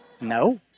No